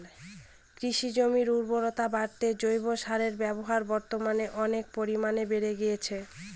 কৃষিজমির উর্বরতা বাড়াতে জৈব সারের ব্যবহার বর্তমানে অনেক পরিমানে বেড়ে গিয়েছে